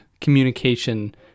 communication